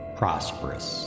prosperous